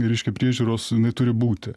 reiškia priežiūros jinai turi būti